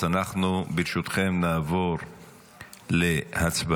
אז אנחנו ברשותכם נעבור להצבעה.